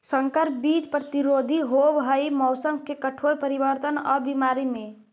संकर बीज प्रतिरोधी होव हई मौसम के कठोर परिवर्तन और बीमारी में